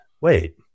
Wait